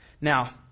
Now